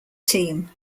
team